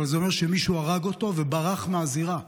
אבל זה אומר שמישהו הרג אותו וברח מהזירה.